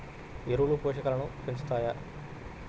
ఎరువులు పోషకాలను పెంచుతాయా?